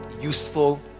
useful